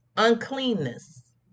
Uncleanness